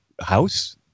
house